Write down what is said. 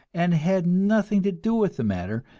and had nothing to do with the matter,